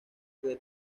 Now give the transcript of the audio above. que